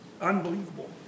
unbelievable